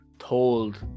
told